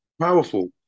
powerful